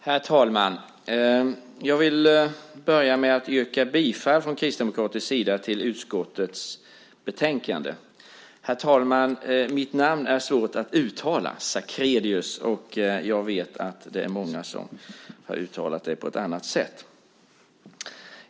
Herr talman! Jag vill börja med att från Kristdemokraternas sida yrka bifall till förslaget i utskottets betänkande.